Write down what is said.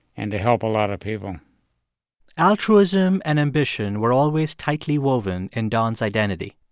and to help a lot of people altruism and ambition were always tightly woven in don's identity.